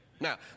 Now